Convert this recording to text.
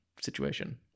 situation